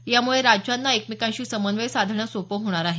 यामुळे राज्यांना एकमेकांशी समन्वय साधणं सोपं होणार आहे